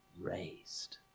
raised